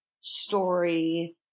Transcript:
story